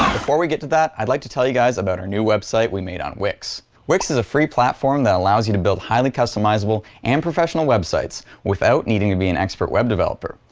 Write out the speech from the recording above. before we get to that i'd like to tell you guys about our new website we made on wix. wix is a free platform that allows you to build highly customizable and professional websites without needing to be an expert web developer,